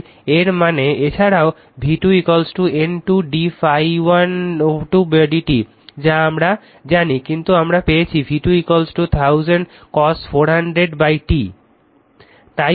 তাই এর মানে এছাড়াও v2 N 2 d ∅1 2 d t যা আমরা জানি কিন্তু আমরা পেয়েছি v2 1000 cos 400 t